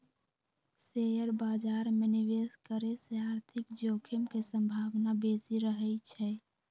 share बाजार में निवेश करे से आर्थिक जोखिम के संभावना बेशि रहइ छै